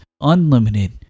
unlimited